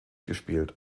gespielt